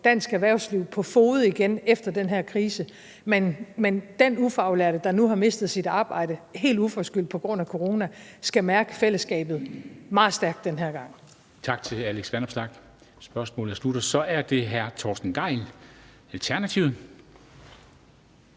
dansk erhvervsliv på fode igen efter den her krise; men den ufaglærte, der nu har mistet sit arbejde helt uforskyldt på grund af corona, skal mærke fællesskabet meget stærkt den her gang. Kl. 14:07 Formanden (Henrik Dam Kristensen): Tak til hr. Alex Vanopslagh. Så er det hr. Torsten Gejl, Alternativet.